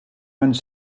one